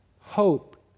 Hope